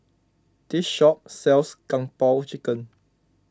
this shop sells Kung Po Chicken